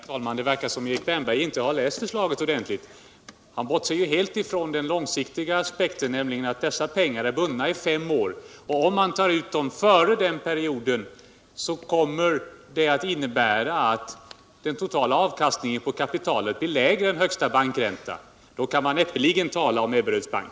Herr talman! Det verkar som om Erik Wärnberg inte har läst detta förslag ordentligt. Han bortser helt från den långsiktiga aspekten, nämligen att dessa pengar är bundna i fem år. Om man tar ut dem innan den tiden har gått kommer det att innebära att den totala avkastningen på kapitalet blir lägre än högsta bankränta. Då kan man näppeligen tala om Ebberöds bank.